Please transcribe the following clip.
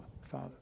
Father